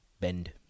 Bend